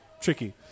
tricky